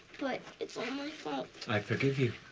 but it's all my fault. i forgive you.